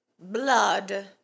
blood